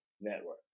Network